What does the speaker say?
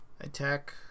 Attack